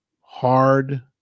hard